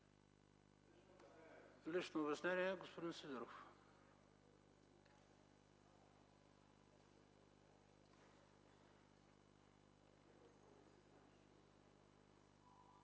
лично обяснение – господин Сидеров.